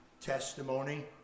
testimony